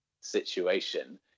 situation